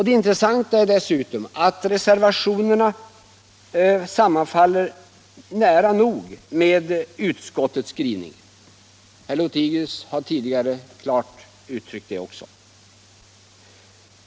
Det intressanta är dessutom att reservationerna nära nog helt sammanfaller med utskottets skrivning, något som herr Lothigius tidigare klart visat.